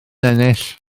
ennill